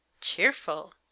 cheerful